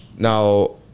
Now